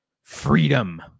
Freedom